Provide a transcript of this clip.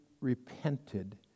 repented